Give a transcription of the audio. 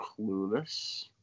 Clueless